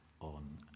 on